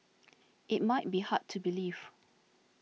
it might be hard to believe